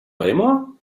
weimar